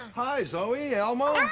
hi zoe, elmo.